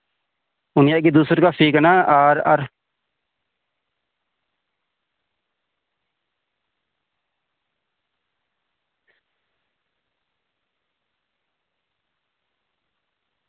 ᱩᱱᱤᱭᱟᱜ ᱜᱮ ᱫᱩᱥᱚ ᱴᱟᱠᱟ ᱯᱷᱤ ᱠᱟᱱᱟ ᱟᱨ ᱟᱨ